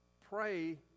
pray